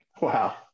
Wow